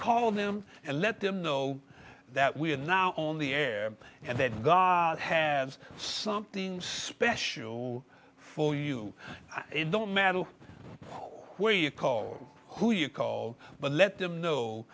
call them and let them know that we are now on the air and that god has something special for you don't matter where you call who you call but let them know